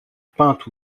peinte